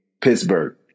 Pittsburgh